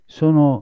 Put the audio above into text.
sono